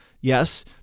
Yes